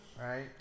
Right